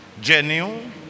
genuine